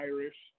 Irish